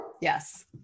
yes